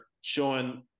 showing